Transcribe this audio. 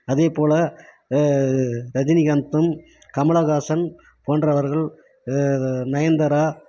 அதேபோல் ரஜினிகாந்த்தும் கமலஹாசன் போன்றவர்கள் நயன்தாரா